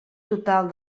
total